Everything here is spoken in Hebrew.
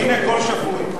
הנה קול שפוי.